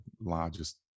largest